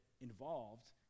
involved